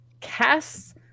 casts